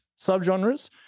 subgenres